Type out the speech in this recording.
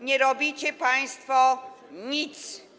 Nie robicie państwo nic.